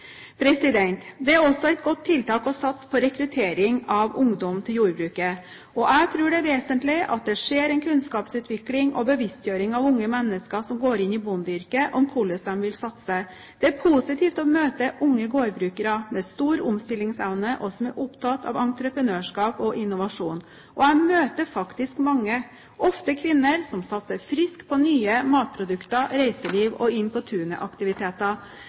Det er også et godt tiltak å satse på rekruttering av ungdom til jordbruket. Jeg tror det er vesentlig at det skjer en kunnskapsutvikling og bevisstgjøring av unge mennesker som går inn i bondeyrket, om hvordan de vil satse. Det er positivt å møte unge gårdbrukere med stor omstillingsevne og som er opptatt av entreprenørskap og innovasjon. Jeg møter faktisk mange, ofte kvinner, som satser friskt på nye matprodukter, reiseliv og Inn på